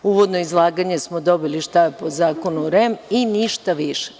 Uvodno izlaganje smo dobili, šta je po zakonu REM i ništa više.